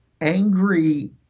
angry